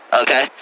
okay